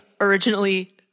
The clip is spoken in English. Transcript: originally